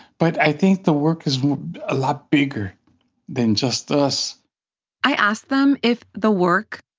but i think the work is a lot bigger than just us i asked them if the work,